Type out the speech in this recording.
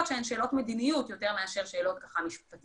שהן שאלות מדיניות יותר מאשר שאלות משפטיות.